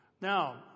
Now